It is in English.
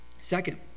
Second